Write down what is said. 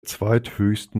zweithöchsten